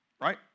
right